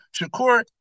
Shakur